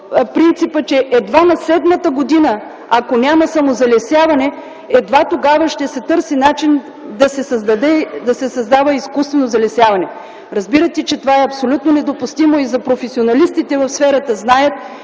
принципа, че едва на седмата година, ако няма самозалесяване, едва тогава ще се търси начин да се създава изкуствено залесяване. Разбирате, че това е абсолютно недопустимо. Професионалистите в сферата знаят,